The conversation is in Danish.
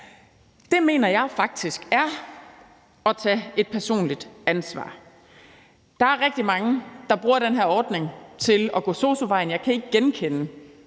Det mener jeg faktisk er at tage et personligt ansvar. Der er rigtig mange, der bruger den her ordning til at gå sosu-vejen. Jeg kan ikke genkende,